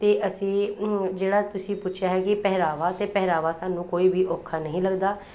ਅਤੇ ਅਸੀਂ ਜਿਹੜਾ ਤੁਸੀਂ ਪੁੱਛਿਆ ਹੈ ਕਿ ਪਹਿਰਾਵਾ ਅਤੇ ਪਹਿਰਾਵਾ ਸਾਨੂੰ ਕੋਈ ਵੀ ਔਖਾ ਨਹੀਂ ਲੱਗਦਾ